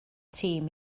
tîm